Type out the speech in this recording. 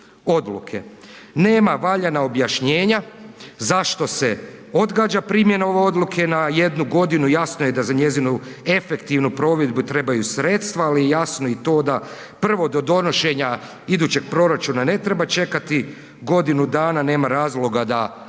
odluke. Nema valjana objašnjenja zašto se odgađa primjena ove odluke na jednu godinu, jasno je da za njezinu efektivnu provedbu trebaju sredstva, ali je jasno i to da prvo do donošenja idućeg proračuna ne treba čekati godinu dana, nema razloga da